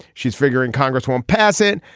she's figuring congress won't pass it.